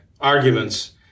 arguments